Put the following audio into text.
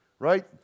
right